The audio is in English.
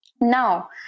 Now